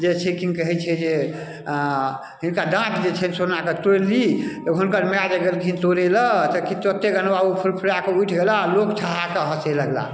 जे छै कि कहै छै जे आऽ हिनका दाँत जे छै सोनाके तोड़ि ली तऽ हुनकर माय जे गेलखिन तोड़ै लऽ तऽ कि तुरत्ते गोनू बाबू फुरफुरा कऽ उठि गेला लोक ठहाकऽ हँसय लगला